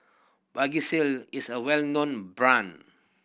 Vagisil is a well known brand